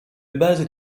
base